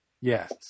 Yes